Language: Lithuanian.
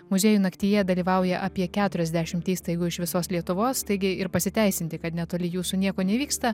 muziejų naktyje dalyvauja apie keturiasdešimt įstaigų iš visos lietuvos taigi ir pasiteisinti kad netoli jūsų nieko nevyksta